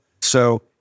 So-